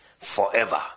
forever